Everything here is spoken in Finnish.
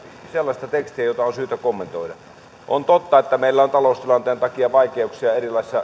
sellaista tekstiä jota on syytä kommentoida on totta että meillä on taloustilanteen takia vaikeuksia